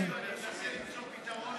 אני מנסה למצוא פתרון עם חברי.